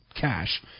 cash